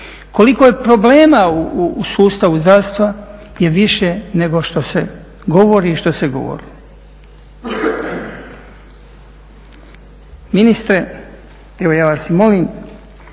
govorilo. Koliko je problema u sustavu zdravstva je više nego što se govori i što se govorilo. Ministre evo ja vas molim